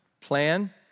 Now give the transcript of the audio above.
plan